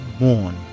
mourn